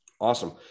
Awesome